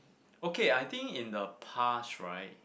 okay I think in the past right